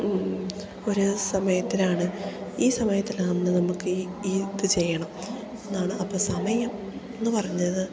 ഒരു സമയത്തിലാണ് ഈ സമയത്തിലാണ് നമുക്കീ ഈ ഇത് ചെയ്യണം എന്നാണ് അപ്പം സമയമെന്നു പറഞ്ഞത്